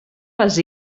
les